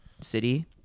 city